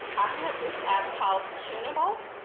i have this app called tuneable.